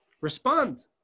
respond